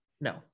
no